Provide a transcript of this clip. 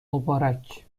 مبارک